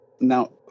Now